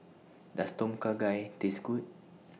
Does Tom Kha Gai Taste Good